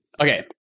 Okay